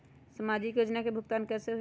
समाजिक योजना के भुगतान कैसे होई?